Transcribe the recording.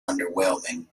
underwhelming